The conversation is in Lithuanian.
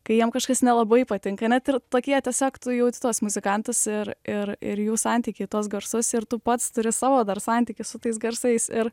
kai jiem kažkas nelabai patinka net ir tokie tiesiog tu jauti tuos muzikantus ir ir ir jų santykiai tuos garsus ir tu pats turi savo dar santykį su tais garsais ir